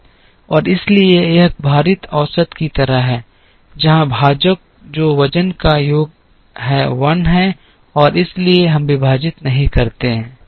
और इसलिए यह एक भारित औसत की तरह है जहां भाजक जो वजन का योग है 1 है और इसलिए हम विभाजित नहीं करते हैं